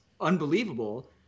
unbelievable